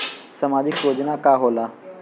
सामाजिक योजना का होला?